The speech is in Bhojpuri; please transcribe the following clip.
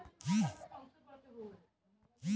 भारतीय परंपरा में छुपा के दान करे के प्रथा बावे